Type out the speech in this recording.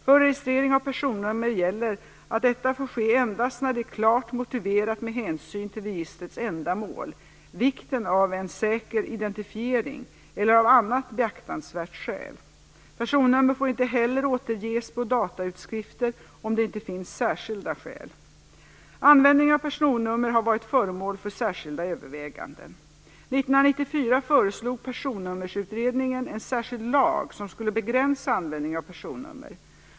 För registrering av personnummer gäller att detta får ske endast när det är klart motiverat med hänsyn till registrets ändamål, vikten av en säker identifiering eller av annat beaktansvärt skäl. Personnummer får inte heller återges på datautskrifter om det inte finns särskilda skäl. Användningen av personnummer har varit föremål för särskilda överväganden. År 1994 föreslog Personnummerutredningen en särskild lag som skulle begränsa användningen av personnummer.